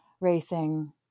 racing